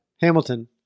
Hamilton